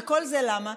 וכל זה למה?